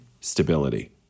stability